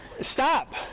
stop